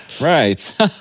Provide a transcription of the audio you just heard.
right